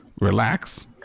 relax